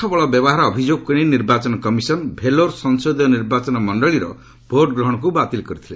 ଅର୍ଥ ବଳ ବ୍ୟବହାର ଅଭିଯୋଗକୁ ନେଇ ନିର୍ବାଚନ କମିଶନ୍ ଭେଲୋର ସଂସଦୀୟ ନିର୍ବାଚନ ମଣ୍ଡଳୀର ଭୋଟ୍ ଗ୍ରହଣକୁ ବାତିଲ କରିଥିଲେ